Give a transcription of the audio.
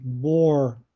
more